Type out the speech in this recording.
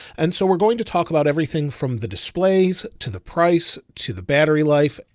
and so we're going to talk about everything from the displays to the price, to the battery life,